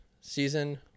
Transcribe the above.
season